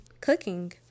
cooking